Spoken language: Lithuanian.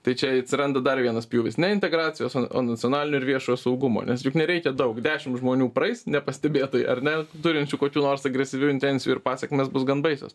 tai čia atsiranda dar vienas pjūvis ne integracijos o nacionalinio ir viešojo saugumo nes juk nereikia daug dešim žmonių praeis nepastebėtai ar ne turinčių kokių nors agresyvių intencijų ir pasekmės bus gan baisios